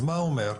אז, מה הוא אומר?